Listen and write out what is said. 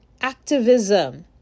activism